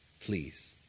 Please